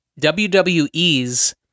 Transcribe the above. WWE's